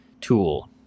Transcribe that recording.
tool